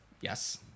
yes